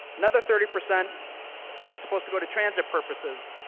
another thirty percent is supposed to go to transit purposes.